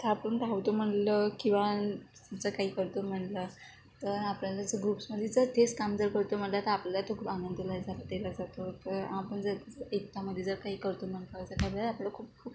तर आपण धावतो म्हटलं किंवा जर काही करतो म्हटलं तर आपल्याला जर ग्रुप्समध्ये जर तेच काम जर करतो म्हटलं तर आपल्याला तो खूप आनंददायक झाला केला जातो तर आपण जर एकतामध्ये जर काही करतो म्हण आपलं खूप खूप